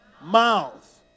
mouth